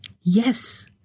Yes